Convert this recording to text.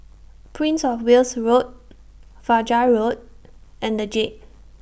Prince of Wales Road Fajar Road and The Jade